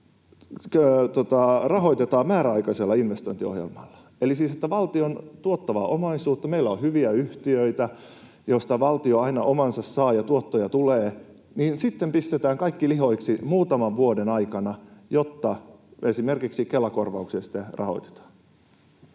rahoitetaan määräaikaisella investointiohjelmalla. Eli että valtion tuottavasta omaisuudesta — meillä on hyviä yhtiöitä, joista valtio aina omansa saa ja tuottoja tulee — pistetään kaikki lihoiksi muutaman vuoden aikana, jotta esimerkiksi Kela-korvauksia sitten rahoitetaan.